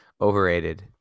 overrated